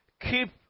Keep